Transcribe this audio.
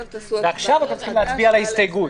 ועכשיו אתם צריכים להצביע על ההסתייגות.